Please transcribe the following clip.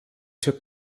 took